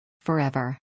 Forever